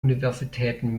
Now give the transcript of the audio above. universitäten